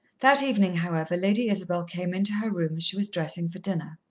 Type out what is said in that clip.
that evening, however, lady isabel came into her room as she was dressing for dinner.